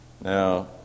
Now